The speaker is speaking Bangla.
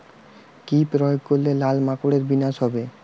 কি প্রয়োগ করলে লাল মাকড়ের বিনাশ হবে?